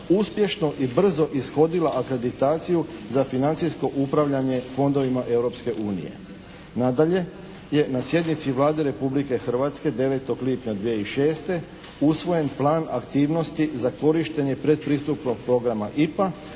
uspješno i brzo ishodila akreditaciju za financijsko upravljanje fondovima Europske unije. Nadalje je na sjednici Vlade Republike Hrvatske 9. lipnja 2006. usvojen plan aktivnosti za korištenje predpristupnog programa IPA,